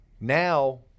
now